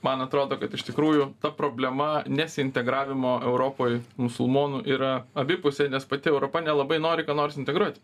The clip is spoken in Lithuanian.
man atrodo kad iš tikrųjų ta problema nesintegravimo europoj musulmonų yra abipusė nes pati europa nelabai nori ką nors integruoti